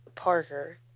Parker